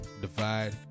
divide